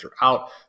throughout